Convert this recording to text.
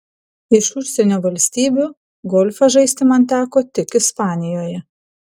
iš užsienio valstybių golfą žaisti man teko tik ispanijoje